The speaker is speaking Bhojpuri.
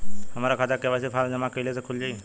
हमार खाता के.वाइ.सी फार्म जमा कइले से खुल जाई?